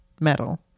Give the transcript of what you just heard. metal